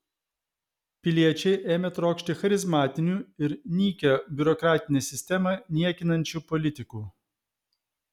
piliečiai ėmė trokšti charizmatinių ir nykią biurokratinę sistemą niekinančių politikų